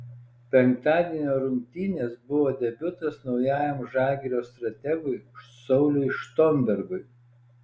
penktadienio rungtynės buvo debiutas naujajam žalgirio strategui sauliui štombergui